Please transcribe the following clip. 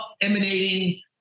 emanating